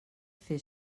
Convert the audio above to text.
fer